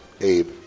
Abe